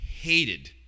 hated